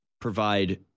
provide